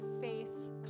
face